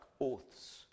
oaths